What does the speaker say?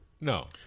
No